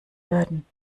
werden